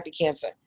cancer